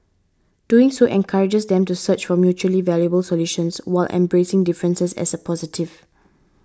doing so encourages them to search for mutually valuable solutions while embracing differences as a positive